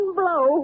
blow